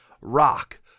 rock